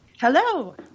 Hello